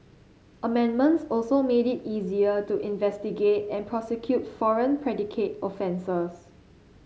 amendments also made it easier to investigate and prosecute foreign predicate offences